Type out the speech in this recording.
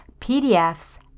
PDFs